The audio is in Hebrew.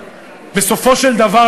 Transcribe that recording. בסופו של דבר,